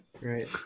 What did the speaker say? Right